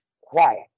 quiet